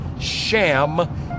sham